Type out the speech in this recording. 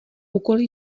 úkoly